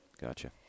gotcha